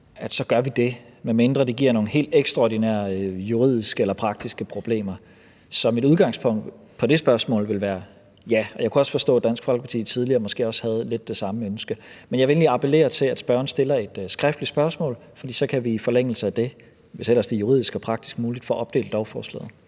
så gør vi det, medmindre det giver nogle helt ekstraordinære juridiske eller praktiske problemer. Så som udgangspunkt er mit svar på det spørgsmål ja. Jeg kunne også forstå, at Dansk Folkeparti tidligere havde lidt det samme ønske. Men jeg vil egentlig bare appellere til, at spørgeren stiller et skriftligt spørgsmål, for så kan vi i forlængelse af det, hvis ellers det juridisk og praktisk er muligt, få opdelt lovforslaget.